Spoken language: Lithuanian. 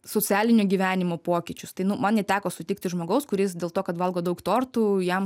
socialinio gyvenimo pokyčius tai nu man neteko sutikti žmogaus kuris dėl to kad valgo daug tortų jam